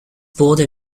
border